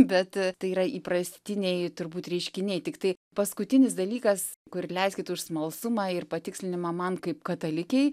bet tai yra įprastiniai turbūt reiškiniai tiktai paskutinis dalykas kur leiskit už smalsumą ir patikslinimą man kaip katalikei